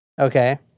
okay